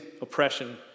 oppression